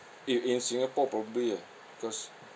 in in singapore probably ah cause